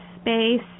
space